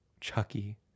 Chucky